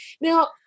Now